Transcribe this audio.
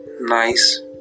nice